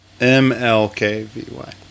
M-L-K-V-Y